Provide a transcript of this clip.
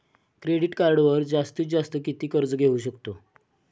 Credit कार्डवर जास्तीत जास्त किती कर्ज घेऊ शकतो?